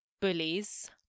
bullies